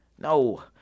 no